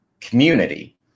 community